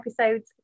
episodes